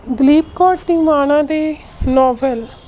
ਦਲੀਪ ਕੌਰ ਟਿਵਾਣਾ ਦੇ ਨੌਵਲ